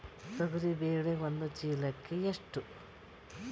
ತೊಗರಿ ಬೇಳೆ ಒಂದು ಚೀಲಕ ಎಷ್ಟು?